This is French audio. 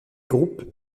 groupes